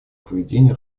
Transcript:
поведения